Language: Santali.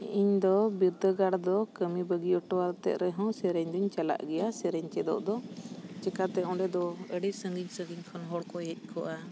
ᱤᱧ ᱫᱚ ᱵᱤᱨᱫᱟᱹᱜᱟᱲ ᱫᱚ ᱠᱟᱹᱢᱤ ᱵᱟᱹᱜᱤ ᱚᱴᱚ ᱠᱟᱛᱮᱜ ᱨᱮᱦᱚᱸ ᱥᱮᱨᱮᱧ ᱫᱚᱧ ᱪᱟᱞᱟᱜ ᱜᱮᱭᱟ ᱥᱮᱨᱮᱧ ᱪᱮᱫᱚᱜ ᱫᱚ ᱪᱮᱠᱟᱛᱮ ᱚᱸᱰᱮ ᱫᱚ ᱟᱹᱰᱤ ᱥᱟᱺᱜᱤᱧ ᱥᱟᱺᱜᱤᱧ ᱠᱷᱚᱱ ᱦᱚᱲ ᱠᱚ ᱦᱮᱡ ᱠᱚᱜᱼᱟ